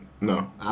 No